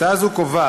הצעה זו קובעת,